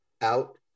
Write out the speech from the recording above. out